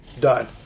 Done